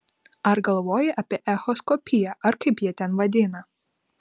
ar galvojai apie echoskopiją ar kaip jie ten vadina